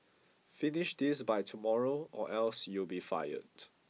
finish this by tomorrow or else you'll be fired